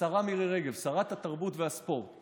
השרה מירי רגב, שרת התרבות והספורט.